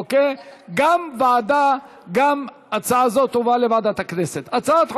ועדת הכספים, אייכלר אומר.